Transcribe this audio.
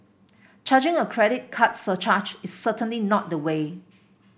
charging a credit card surcharge is certainly not the way